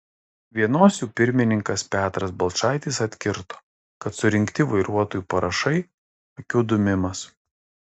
vienos jų pirmininkas petras balčaitis atkirto kad surinkti vairuotojų parašai akių dūmimas